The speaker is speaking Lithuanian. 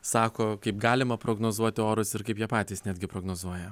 sako kaip galima prognozuoti orus ir kaip jie patys netgi prognozuoja